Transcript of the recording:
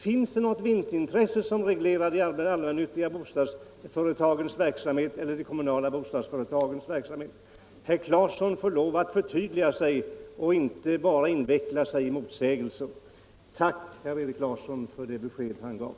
Finns det något vinstintresse som reglerar de allmännyttiga eller kommunala bostadsföretagens verksamhet? Herr Claeson får lov att förtydliga sig och inte bara inveckla sig i motsägelser. Tack, herr Erik Larsson i Öskevik, för det besked ni nu gav!